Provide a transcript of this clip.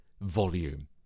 volume